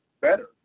better